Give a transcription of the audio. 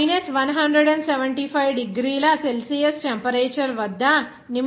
minus 175 డిగ్రీల Celsius temperature వద్ద నిమిషానికి 2